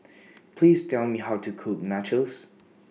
Please Tell Me How to Cook Nachos